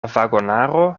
vagonaro